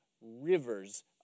rivers